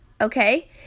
Okay